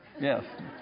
Yes